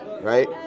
right